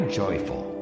joyful